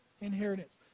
inheritance